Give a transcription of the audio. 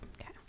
Okay